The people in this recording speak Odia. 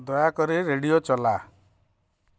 ଦୟାକରି ରେଡ଼ିଓ ଚଲା